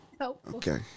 okay